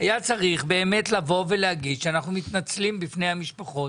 היה צריך באמת לבוא ולהגיד שאנחנו מתנצלים בפני המשפחות,